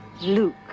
Luke